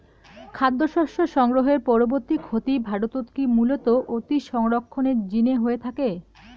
খাদ্যশস্য সংগ্রহের পরবর্তী ক্ষতি ভারতত কি মূলতঃ অতিসংরক্ষণের জিনে হয়ে থাকে?